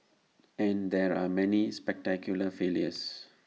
and there are many spectacular failures